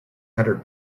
hundred